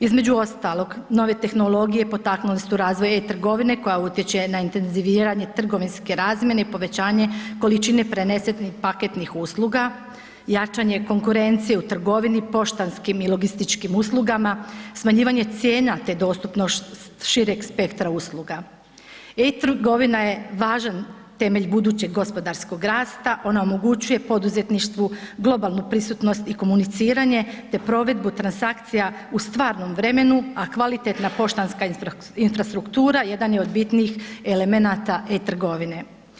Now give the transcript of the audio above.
Između ostalog nove tehnologije potaknule su razvoj e-Trgovine koja utječe na intenziviranje trgovinske razmjene i povećanje količine prenesenih paketnih usluga, jačanje konkurencije u trgovini poštanskim i logističkim uslugama, smanjivanje cijena te dostupnost šireg spektra usluga. e-Trgovina je važan temelj budućeg gospodarskog rasta, ona omogućuje poduzetništvu globalnu prisutnost i komuniciranje te provedbu transakcija u stvarnom vremenu, a kvalitetna poštanska infrastruktura jedan je od bitnijih elemenata e-trgovine.